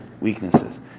weaknesses